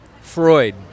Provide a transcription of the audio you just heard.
Freud